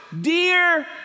Dear